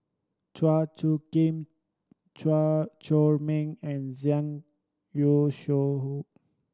Chua Soo Khim Chua Chor Meng and Zhang Youshuo